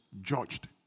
judged